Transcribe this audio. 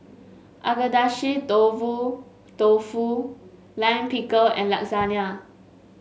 Agedashi Dofu dofu Lime Pickle and Lasagna